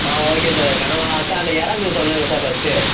ஆ okay sir கனவா sir அந்த இறா மீன் சொன்ன இல்லை சார் ஃபஸ்ட்டு